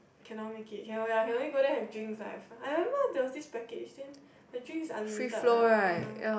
cannot make it cannot ya can only go there have drinks ah I remember there was this package then the drinks unlimited lah ya